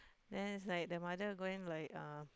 then is like the mother going like uh